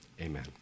amen